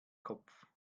kopf